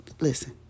Listen